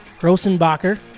Grossenbacher